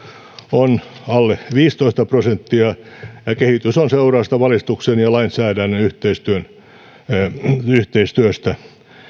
on alle viisitoista prosenttia ja kehitys on seurausta valistuksen ja lainsäädännön yhteistyöstä